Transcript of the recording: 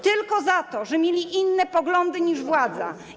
tylko za to, że mieli inne poglądy niż władza.